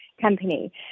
company